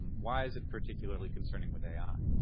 why is it particularly concerning with ai?